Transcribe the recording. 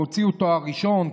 והוציאו תואר ראשון,